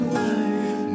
life